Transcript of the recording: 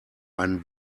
ein